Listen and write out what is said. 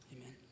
Amen